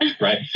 right